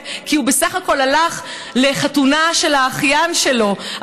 כי הוא בסך הכול הלך לחתונה של האחיין שלו,